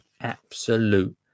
absolute